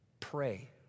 Pray